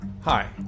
Hi